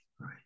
right